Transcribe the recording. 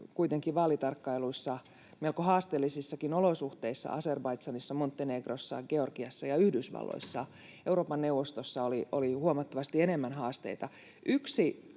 kuitenkin vaalitarkkailussa melko haasteellisissakin olosuhteissa, Azerbaidžanissa, Montenegrossa, Georgiassa ja Yhdysvalloissa. Euroopan neuvostolla oli huomattavasti enemmän haasteita.